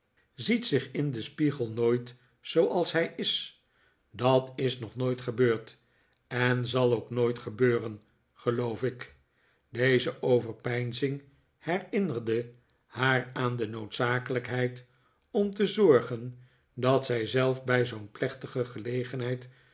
ziet zich in den spiegel nooit zooals hij is dat is nog nooit gebeurd en zal ook nooit gebeuren geloof ik deze overpeinzing herinnerde haar aan de noodzakelijkheid om te zorgen dat zij zelf bij zoo'n plechtige gelegenheid